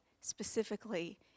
specifically